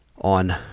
On